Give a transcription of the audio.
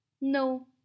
No